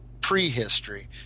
prehistory